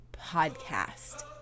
podcast